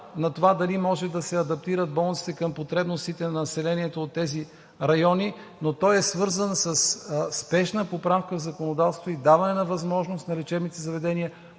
на това дали могат да се адаптират болниците към потребностите на населението от тези райони, но той е свързан със спешна поправка в законодателството и даване на възможност на лечебните заведения